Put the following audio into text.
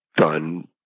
done